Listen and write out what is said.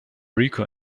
rico